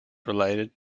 related